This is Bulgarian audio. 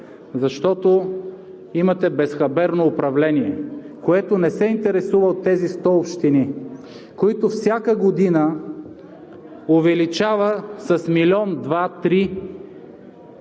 защото имате безхаберно управление, което не се интересува от тези 100 общини, които всяка година увеличава с милион-два-три